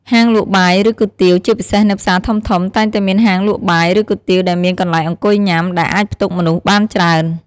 ហាងលក់បាយ ឬគុយទាវ ជាពិសេសនៅផ្សារធំៗ តែងតែមានហាងលក់បាយ ឬគុយទាវដែលមានកន្លែងអង្គុយញ៉ាំ ដែលអាចផ្ទុកមនុស្សបានច្រើន។